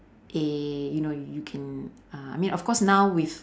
eh you know you can uh I mean of course now with